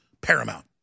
paramount